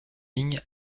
lignes